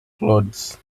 clothes